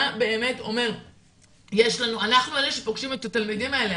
באמת אומר "אנחנו אלה שפושים את התלמידים האלה,